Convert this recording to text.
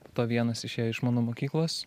po to vienas išėjo iš mano mokyklos